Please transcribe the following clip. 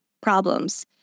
problems